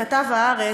כתב "הארץ",